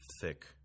thick